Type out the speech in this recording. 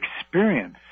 experience